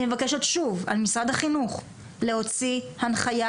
אני מבקשת שוב על משרד החינוך להוציא הנחיה